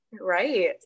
right